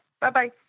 Bye-bye